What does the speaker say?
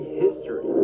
history